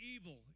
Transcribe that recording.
evil